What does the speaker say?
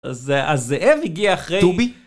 אז אה... אז זאב הגיע אחרי... טובי